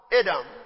Adam